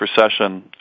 recession